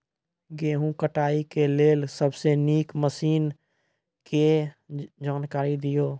गेहूँ कटाई के लेल सबसे नीक मसीनऽक जानकारी दियो?